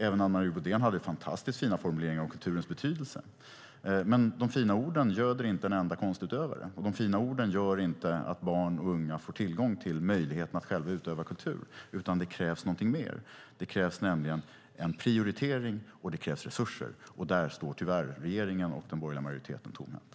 Även Anne Marie Brodén hade fantastiskt fina formuleringar om kulturens betydelse, men de fina orden göder inte en enda konstutövare, och de gör inte att barn och unga får tillgång till möjligheten att själva utöva kultur. Det krävs något mer. Det krävs nämligen prioritering och resurser, och där står tyvärr regeringen och den borgerliga majoriteten tomhänta.